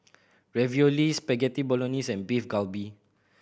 Ravioli Spaghetti Bolognese and Beef Galbi